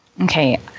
Okay